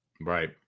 right